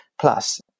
Plus